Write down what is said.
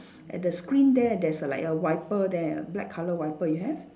at the screen there there's like a wiper there a black colour wiper you have